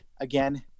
again